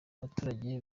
abaturage